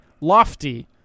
lofty